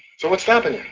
so what's stopping you?